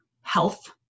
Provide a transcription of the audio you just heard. health